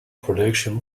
production